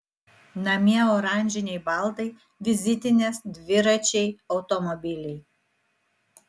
namie oranžiniai baldai vizitinės dviračiai automobiliai